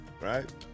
right